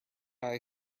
eye